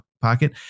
pocket